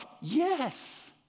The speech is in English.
yes